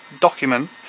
document